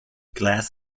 glass